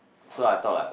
so I thought like